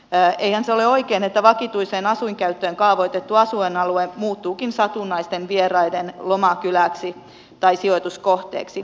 eihän se ole oikein että vakituiseen asuinkäyttöön kaavoitettu asuinalue muuttuukin satunnaisten vieraiden lomakyläksi tai sijoituskohteeksi